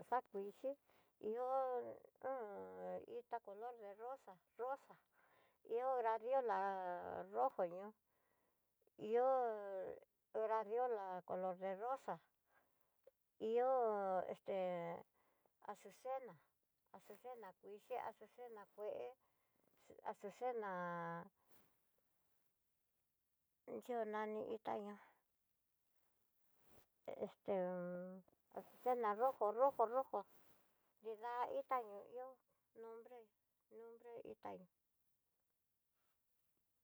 jakuixhí ihó itá color de rosa rosa, ihó cladiola rojo ño'o, ihó cladiola color de rosa, ihó este asusena, asusena kyxhii, asusena kuée, asusena anria nani itá ñá, esté asusena rojo rojo rojo nrida itá ño'o ihó nombre nombre itá hí.